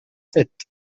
sept